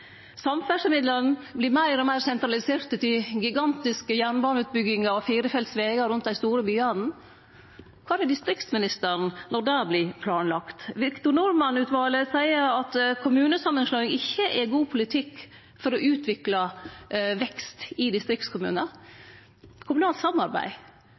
Samferdslemidlane vert meir og meir sentraliserte, til gigantiske jernbaneutbyggingar og firefelts vegar rundt dei store byane. Kvar er distriktsministeren når det vert planlagt? Victor Norman-utvalet seier at kommunesamanslåing ikkje er god politikk for å utvikle vekst i distriktskommunar – kommunalt samarbeid.